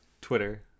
Twitter